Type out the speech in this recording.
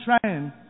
trying